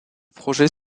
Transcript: projet